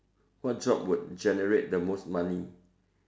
what job would generate the most money